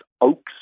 Oaks